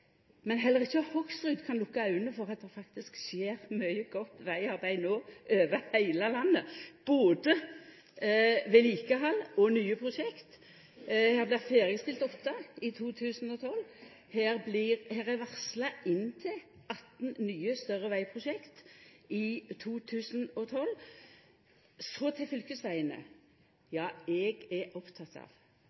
Men heller ikkje Hoksrud kan lukka augo for at det faktisk skjer mykje godt vegarbeid over heile landet no, både vedlikehald og nye prosjekt. Det blir ferdigstilt åtte i 2012, og det er varsla inntil 18 nye, større vegprosjekt i 2012 Så til fylkesvegane. Eg er oppteken av